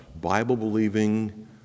Bible-believing